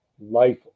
life